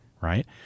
right